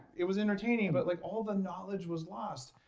it was entertaining but like all the knowledge was lost.